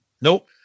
Nope